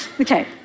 Okay